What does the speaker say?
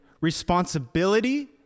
responsibility